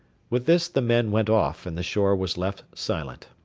with this the men went off, and the shore was left silent.